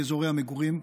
באזורי המגורים,